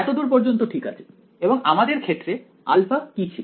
এত দূর পর্যন্ত ঠিক আছে এবং আমাদের ক্ষেত্রে α কি ছিল